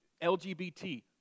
LGBT